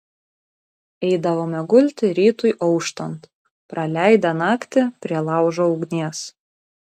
eidavome gulti rytui auštant praleidę naktį prie laužo ugnies